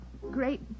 great